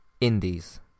indies